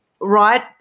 right